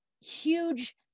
huge